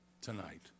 tonight